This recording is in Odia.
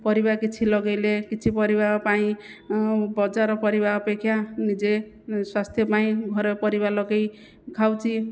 ପରିବା କିଛି ଲଗାଇଲେ କିଛି ପରିବା ପାଇଁ ବଜାର ପରିବା ଅପେକ୍ଷା ନିଜେ ସ୍ଵାସ୍ଥ୍ୟ ପାଇଁ ଘରେ ପରିବା ଲଗାଇ ଖାଉଛି